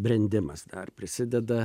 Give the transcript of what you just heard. brendimas dar prisideda